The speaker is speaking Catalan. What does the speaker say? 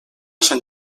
sant